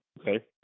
Okay